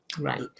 Right